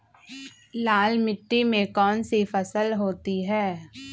लाल मिट्टी में कौन सी फसल होती हैं?